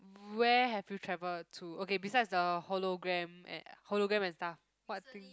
where have you travelled to okay besides the hologram eh hologram and stuff what thing